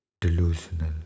delusional